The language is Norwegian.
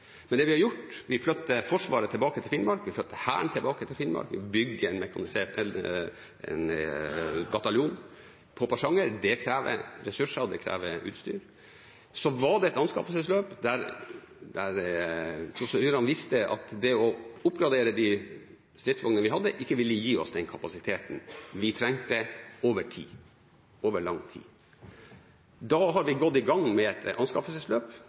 vi flytter Forsvaret tilbake til Finnmark – vi flytter Hæren tilbake til Finnmark, vi bygger en bataljon på Porsanger. Det krever ressurser og det krever utstyr. Og så var det et anskaffelsesløp, der prosedyrene viste at det å oppgradere de stridsvognene vi hadde, ikke ville gi oss den kapasiteten vi trengte over lang tid. Vi har gått i gang med et anskaffelsesløp.